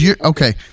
Okay